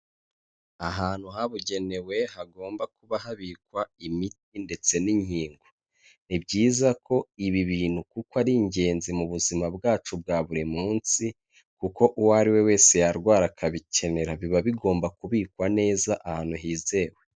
Ahantu habugenewe hagomba kuba habikwa imiti ndetse n'inkingo ni byiza ko ibi bintu kuko ari ingenzi mu buzima bwacu bwa buri munsi kuko uwo ari we wese yarwara akabikenera biba bigomba kubikwa neza ahantu hizewe.